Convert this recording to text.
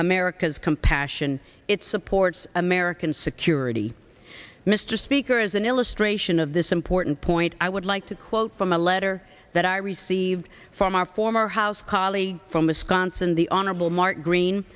america's compassion it supports american security mr speaker as an illustration of this important point i would like to quote from a letter that i received from our former house colleague from wisconsin the honorable mark green